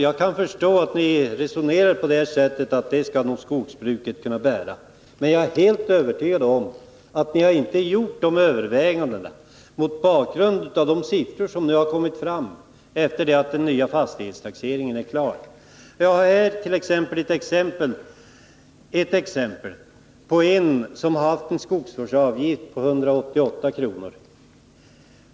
Jag kan förstå att ni har resonerat som så, att det här skall nog skogsbruket kunna bära. Men jag är helt övertygad om att ni inte gjort dessa överväganden mot bakgrund av de siffror som har kommit fram efter det att den nya fastighetstaxeringen blivit klar. Jag kan anföra ett exempel. Det gäller en person som har haft en skogsvårdsavgift på 188 kr.